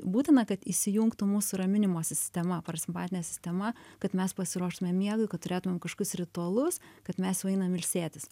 būtina kad įsijungtų mūsų raminimo sistema parasimpatinė sistema kad mes pasiruoštume miegui kad turėtumėm kažkokius ritualus kad mes jau einam ilsėtis